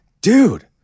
dude